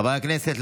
חברי הכנסת,